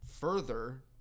further